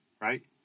right